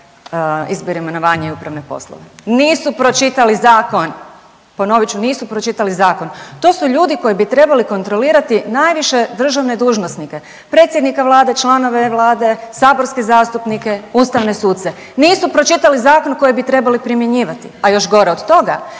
izbor, imenovanja i upravne poslove. Nisu pročitali zakon. Ponovit ću, nisu pročitali zakon. To su ljudi koji bi trebali kontrolirati najviše državne dužnosnike, predsjednika Vlade, članove Vlade, saborske zastupnike, ustavne suce, nisu pročitali zakon koji bi trebali primjenjivati, a još gore od toga,